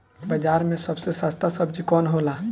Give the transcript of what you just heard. बाजार मे सबसे सस्ता सबजी कौन होला?